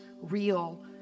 real